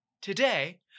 today